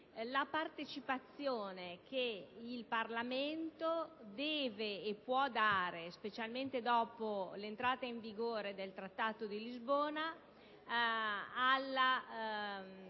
la partecipazione che il Parlamento deve e può dare, specialmente dopo l'entrata in vigore del Trattato di Lisbona, all'Europa